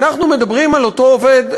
אנחנו מדברים על אותו עובד,